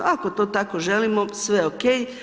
Ako to tako želimo sve OK.